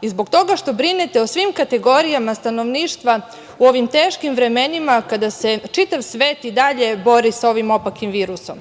i zbog toga što brinete o svim kategorijama stanovništva u ovim teškim vremenima kada se čitav svet i dalje bori sa ovim opakim virusom.